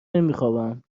نمیخوابم